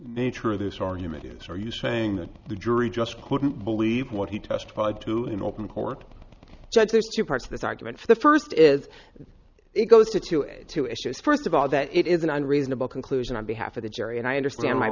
nature of this argument is are you saying that the jury just couldn't believe what he testified to in open court judge there's two parts of this argument for the first is that it goes to two two issues first of all that it is an unreasonable conclusion on behalf of the jury and i understand my